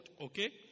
okay